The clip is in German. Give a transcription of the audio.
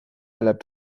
bleibt